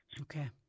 Okay